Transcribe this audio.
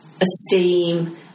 esteem